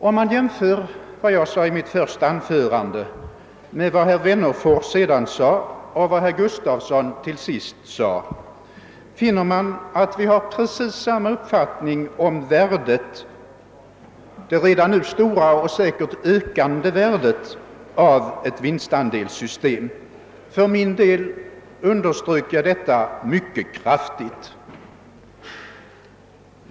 Om man jämför vad jag sade i mitt första anförande och vad herr Wennerfors sedan sade med vad herr Gustafson i Göteborg till sist sade, finner man att vi har precis samma uppfattning om det redan nu stora och säkert ökande värdet av ett vinstandelssystem. För min del underströk jag detta mycket kraftigt.